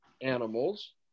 animals